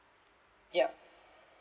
yup